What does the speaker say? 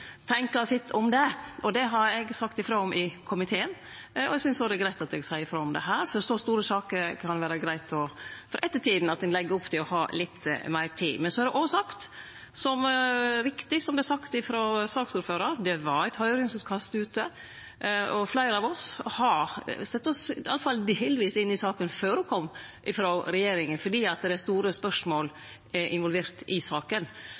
tenkje sitt om det. Det har eg sagt frå om i komiteen, og eg synest òg at det er greitt at eg seier frå om det her. For i så store saker kan det vere greitt for ettertida at ein legg opp til å ha litt meir tid. Men så er det òg riktig som det vart sagt frå saksordføraren, at det var eit høyringsutkast ute, og fleire av oss har iallfall delvis sett oss inn i saka før ho kom frå regjeringa, fordi det er store spørsmål involverte i saka,